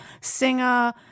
singer